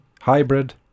hybrid